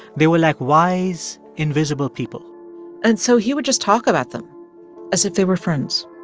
they were like wise, invisible people and so he would just talk about them as if they were friends.